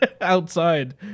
outside